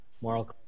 moral